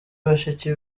bashiki